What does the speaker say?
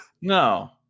No